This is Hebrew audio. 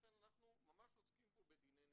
לכן אנחנו ממש עוסקים פה בדיני נפשות.